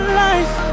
life